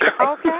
Okay